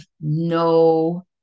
no